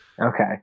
okay